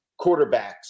quarterbacks